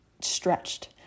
stretched